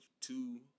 two